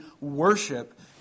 worship